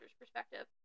perspective